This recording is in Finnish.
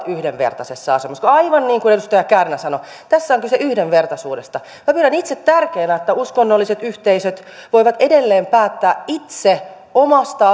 yhdenvertaisessa asemassa aivan niin kuin edustaja kärnä sanoi tässä on kyse yhdenvertaisuudesta minä pidän itse tärkeänä että uskonnolliset yhteisöt voivat edelleen päättää itse omasta